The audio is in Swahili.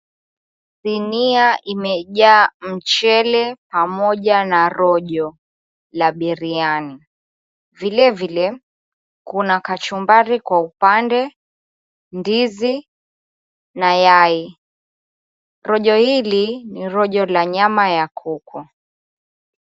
Sinia imejaa mchele pamoja na rojo la biryani. Vilevile kuna kachumbari kwa upande, ndizi na yai. Rojo hili ni rojo la nyama ya kuku.